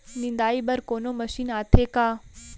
निंदाई बर कोनो मशीन आथे का?